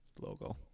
logo